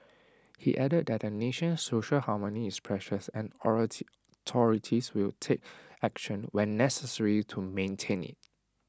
he added that the nation's social harmony is precious and will take action when necessary to maintain IT